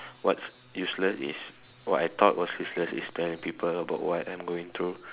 what's useless is what I thought was useless is telling people about what I'm going through